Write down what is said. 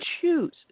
choose